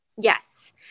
Yes